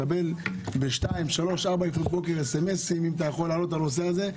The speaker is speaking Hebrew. אבל בשעה 02:00 או 03:00 לפנות בוקר סמ"ס בנושא הזה.